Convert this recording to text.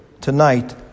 tonight